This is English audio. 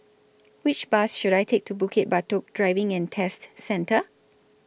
Which Bus should I Take to Bukit Batok Driving and Test Centre